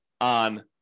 on